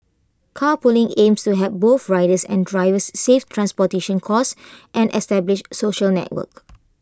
carpooling aims to help both riders and drivers save transportation costs and establish social networks